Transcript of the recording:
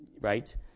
right